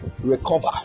recover